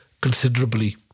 considerably